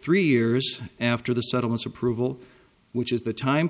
three years after the settlements approval which is the time